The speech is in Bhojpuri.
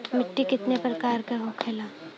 मिट्टी कितने प्रकार के होखेला?